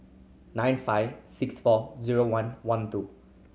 nine five six four zero one one two